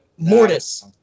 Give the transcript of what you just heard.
Mortis